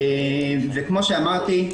וכמו שאמרתי,